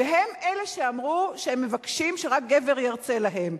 והם אלה שאמרו שהם מבקשים שרק גבר ירצה להם.